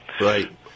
Right